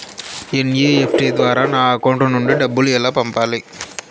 NEFT ద్వారా నా account నుండి డబ్బులు ఎలా పంపాలి